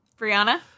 Brianna